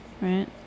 Right